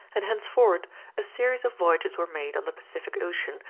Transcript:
and henceforward a series of voyages were made on the pacific ocean,